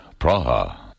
Praha